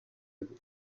بود